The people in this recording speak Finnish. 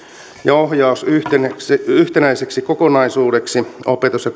ja ohjauksen yhtenäiseksi kokonaisuudeksi opetus ja